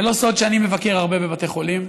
זה לא סוד שאני מבקר הרבה בבתי חולים.